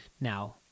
Now